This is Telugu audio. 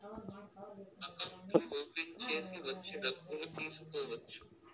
అకౌంట్లు ఓపెన్ చేసి వచ్చి డబ్బులు తీసుకోవచ్చు